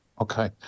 okay